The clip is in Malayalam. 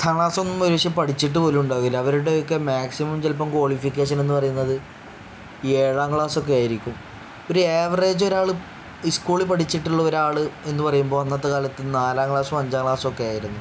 പത്താം ക്ലാസൊന്നും പരീക്ഷയ്ക്ക് പഠിച്ചിട്ട് പോലും ഉണ്ടാവില്ല അവരുടെ ഒക്കെ മാക്സിമം ചിലപ്പം ക്വാളിഫിക്കേഷൻ എന്ന് പറയുന്നത് ഏഴാം ക്ലാസ്സൊക്കെ ആയിരിക്കും ഒരു ആവറേജ് ഒരാൾ സ്കൂളിൽ പഠിച്ചിട്ടുള്ള ഒരാൾ എന്ന് പറയുമ്പോൾ അന്നത്തെ കാലത്ത് നാലാം ക്ലാസ്സും അഞ്ചാം ക്ലാസൊക്കെ ആയിരുന്നു